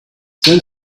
then